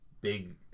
big